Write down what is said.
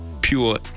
pure